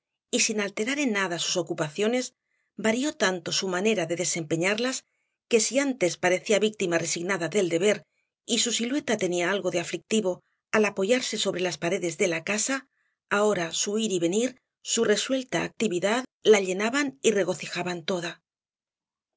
y sin alterar en nada sus ocupaciones varió tanto su manera de desempeñarlas que si antes parecía víctima resignada del deber y su silueta tenía algo de aflictivo al proyectarse sobre las paredes de la casa ahora su ir y venir su resuelta actividad la llenaban y regocijaban toda doña